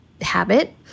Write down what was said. habit